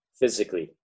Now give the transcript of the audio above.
physically